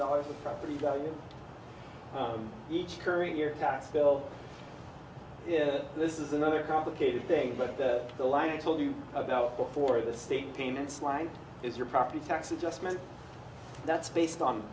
dollars property value each current year tax bill yeah this is another complicated thing but the line i told you about before the state payments line is your property tax adjustment that's based on